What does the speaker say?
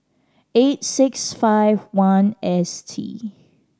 eight six five one S T